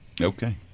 okay